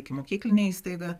ikimokyklinė įstaiga